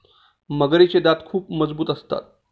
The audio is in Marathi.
मगरीचे दात खूप मजबूत असतात